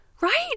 Right